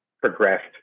progressed